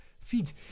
feed